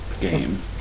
game